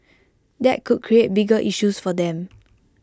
that could create bigger issues for them